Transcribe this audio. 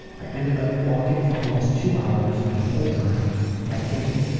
i ended up walking for almost two hours and the whole time i kept thinking,